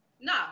no